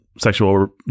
sexual